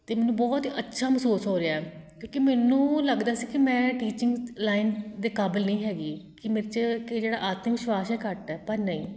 ਅਤੇ ਮੈਨੂੰ ਬਹੁਤ ਅੱਛਾ ਮਹਿਸੂਸ ਹੋ ਰਿਹਾ ਕਿਉਂਕਿ ਮੈਨੂੰ ਲੱਗਦਾ ਸੀ ਕਿ ਮੈਂ ਟੀਚਿੰਗ ਲਾਈਨ ਦੇ ਕਾਬਿਲ ਨਹੀਂ ਹੈਗੀ ਕਿ ਮੇਰੇ 'ਚ ਕਿ ਜਿਹੜਾ ਆਤਮ ਵਿਸ਼ਵਾਸ ਹੈ ਘੱਟ ਹੈ ਪਰ ਨਹੀਂ